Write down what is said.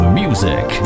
music